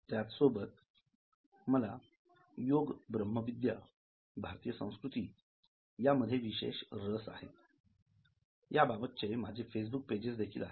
त्यासोबत मला योग्य ब्रह्मविद्या भारतीय संस्कृती यामध्ये विशेष रस आहे याबाबतचे फेसबुक पेजेस देखील आहेत